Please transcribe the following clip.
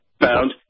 found